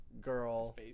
girl